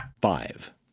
five